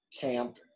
camp